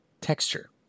texture